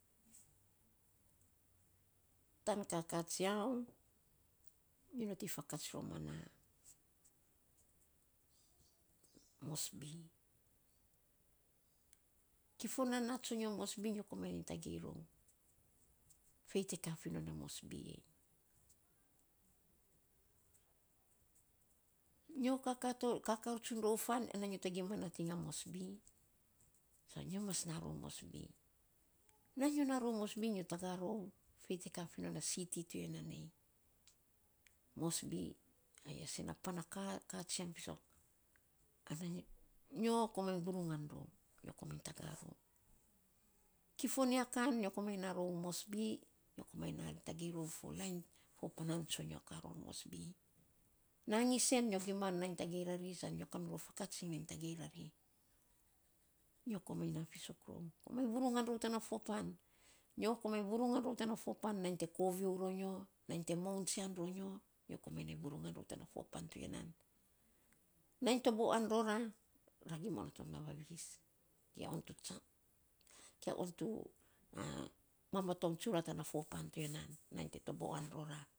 Tan kaka tsiau nyo nating fakats rou ma na moresby. Kifong nan na tsonyo moresby nyo komainy nainy tagei rou fei te ka fi non a moresby a. Nyo kaka tsun rou fan ana nyo e gima nating a moresby. Sa nyo mas na rou moresby. Namy nyo na rou moresby nyo taga rou, fei te ka fi non a city to ya nan a. Moresby ai a sen a pan a ka katsian fisok ana nyo komainy vurungan rou nyo komainy taga rou. Kifon ya kan nyo komainy na rou moresby, nyo komainy nai tagei fo lain, fopanan tsonyo ka ror moresby. Nangis en nyo gima nainy tagei rari san nyo kamirou fakats iny nainy tagei rari. nyo komain na fisok rou, komainy vurungan rou tana fo pan, nyo komainy vurungan rou tana fopan nainy te kaiou ro nyo. Nainy te moun tsian ro nyo. Nainy te moun tsian ro nyo. Nyo komainy ai vurungan rou tana fo pan ti ya. Nainy tobo anro ra, ra gima onot on ma vavis. Kia on tu mamatong tsura tana fo pan to ya nan nainy te taboan ro ra.